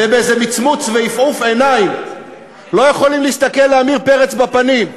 ובאיזה מצמוץ ועפעוף עיניים לא יכולים להסתכל לעמיר פרץ בפנים,